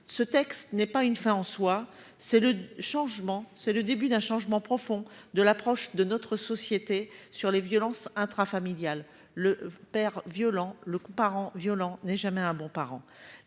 ce texte n'est pas une fin en soi ; il marque le début d'un changement profond de l'approche de notre société sur les violences intrafamiliales, prenant en compte que le parent violent n'est jamais un bon parent.